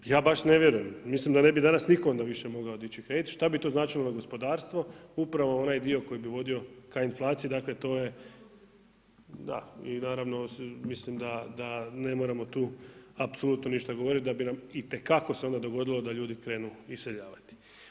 Ja baš ne vjerujem, mislim da ne bi danas nitko onda više mogao dići kredit, šta bi to značilo za gospodarstvo, upravo onaj dio koji bi vodio ka inflaciji, dakle to je, da i naravno mislim da ne moramo tu apsolutno ništa govoriti, da bi nam itekako se onda dogodilo da ljudi krenu iseljavati.